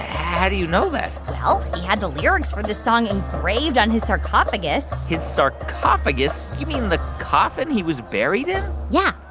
how do you know that? well, he had the lyrics for the song engraved on his sarcophagus his sarcophagus? you mean the coffin he was buried in? yeah.